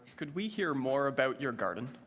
could we hear more about your garden?